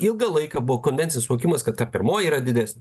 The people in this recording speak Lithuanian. ilgą laiką buvo konvencinis suvokimas kad ta pirmoji yra didesnė